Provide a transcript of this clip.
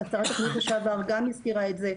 שרת החינוך לשעבר גם הזכירה את זה,